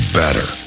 better